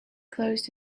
closed